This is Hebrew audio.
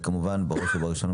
בראש ובראשונה,